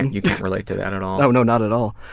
and you can't relate to that at all. oh not at all.